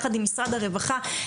יחד עם משרד הרווחה,